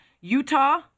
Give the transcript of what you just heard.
Utah